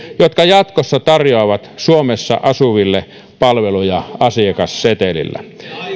jotka jatkossa tarjoavat suomessa asuville palveluja asiakassetelillä